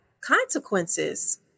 consequences